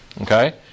okay